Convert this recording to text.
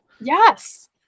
Yes